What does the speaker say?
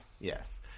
Yes